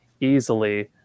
easily